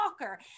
Walker